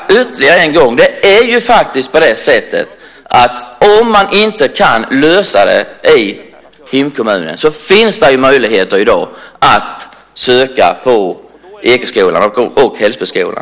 Ytterligare en gång: Om man inte kan lösa detta i hemkommunen finns det möjligheter i dag att söka på Ekeskolan och Hällsboskolan.